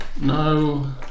No